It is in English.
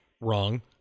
Wrong